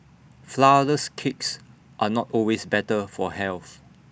Flourless Cakes are not always better for health